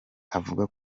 avuga